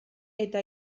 eta